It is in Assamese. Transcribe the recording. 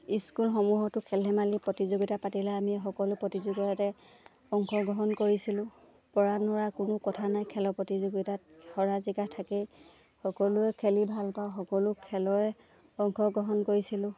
স্কুলসমূহতো খেল ধেমালি প্ৰতিযোগিতা পাতিলে আমি সকলো প্ৰতিযোগিতাতে অংশগ্ৰহণ কৰিছিলোঁ পৰা নোৱাৰা কোনো কথা নাই খেলৰ প্ৰতিযোগিতাত হৰা জিকা থাকেই সকলোৱে খেলি ভাল পাওঁ সকলো খেলৰে অংশগ্ৰহণ কৰিছিলোঁ